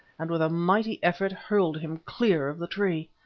and, with a mighty effort, hurled him clear of the tree.